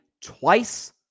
twice